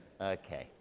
okay